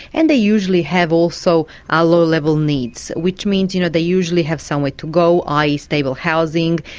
and they usually have also ah low-level needs, which means, you know, they usually have somewhere to go, i. e. stable housing,